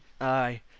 Aye